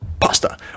pasta